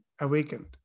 awakened